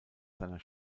seiner